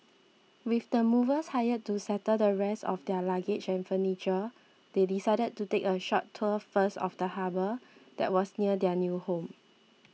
with the movers hired to settle the rest of their luggage and furniture they decided to take a short tour first of the harbour that was near their new home